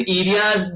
areas